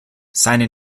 seine